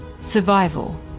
survival